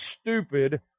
stupid